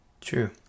True